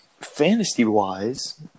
Fantasy-wise